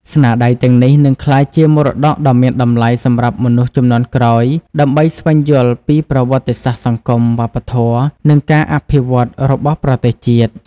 ស្នាដៃទាំងនេះនឹងក្លាយជា មរតកដ៏មានតម្លៃសម្រាប់មនុស្សជំនាន់ក្រោយ ដើម្បីស្វែងយល់ពីប្រវត្តិសាស្ត្រសង្គម វប្បធម៌ និងការអភិវឌ្ឍន៍របស់ប្រទេសជាតិ។